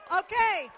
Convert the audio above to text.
okay